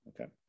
Okay